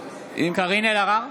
(קורא בשם חברת הכנסת) קארין אלהרר,